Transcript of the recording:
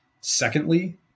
Secondly